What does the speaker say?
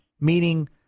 meaning